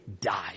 die